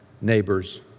neighbors